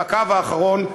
בקו האחרון,